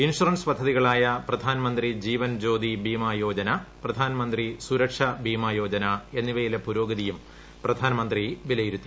insurance പദ്ധതികളായ പ്രധാൻമന്ത്രി ജീവൻ ജ്യോതി ബീമയോജന പ്രധാൻമന്ത്രി സുരക്ഷ ബീമയോജന എന്നിവയിലെ പുരോഗതിയും പ്രധാനമന്ത്രി വിലയിരുത്തി